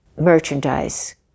merchandise